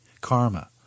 karma